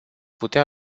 putea